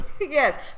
Yes